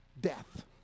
Death